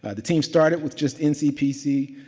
the team started with just ncpc,